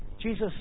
Jesus